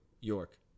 York